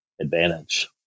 advantage